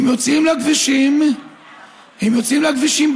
הם יוצאים לכבישים בקור,